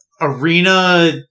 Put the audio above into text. Arena